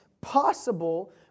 possible